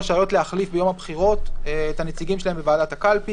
להחליף ביום בחירות את הנציגים שלהם בוועדת הקלפי